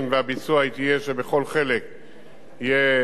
יהיה גורם אחר שזוכה ומבצע.